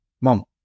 mom